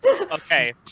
Okay